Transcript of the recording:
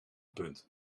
punt